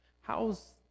how's